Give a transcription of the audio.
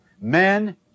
Men